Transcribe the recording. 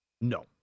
No